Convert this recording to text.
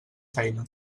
feina